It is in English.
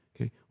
okay